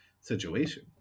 situation